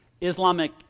Islamic